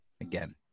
Again